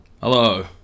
Hello